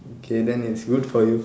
K then it's good for you